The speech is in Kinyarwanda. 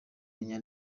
munya